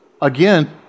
again